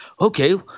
Okay